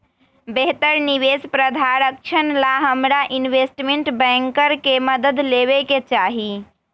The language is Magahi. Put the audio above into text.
बेहतर निवेश प्रधारक्षण ला हमरा इनवेस्टमेंट बैंकर के मदद लेवे के चाहि